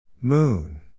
Moon